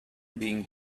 being